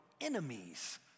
enemies